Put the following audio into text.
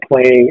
playing